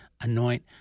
Anoint